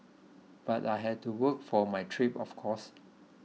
but I had to work for my trip of course